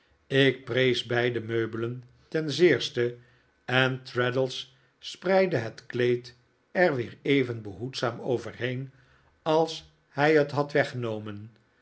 ik prees beide meubelen ten zeerste en traddles spreidde het kleed er weer even behoedzaam overheen als hij het had weggenomen